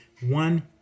one